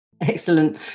Excellent